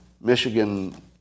Michigan